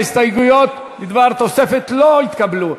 ההסתייגויות בדבר תוספת לא נתקבלו.